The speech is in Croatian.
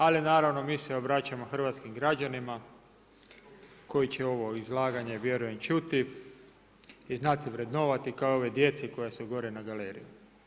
Ali naravno mi se obraćamo hrvatskim građanima koji će ovo izlaganje vjerujem čuti i znati vrednovati kao i ovoj djeci koja su gore na galeriji.